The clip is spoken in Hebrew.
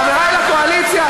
חברי לקואליציה,